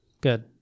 Good